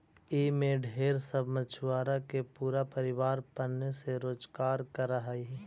ई में ढेर सब मछुआरा के पूरा परिवार पने से रोजकार कर हई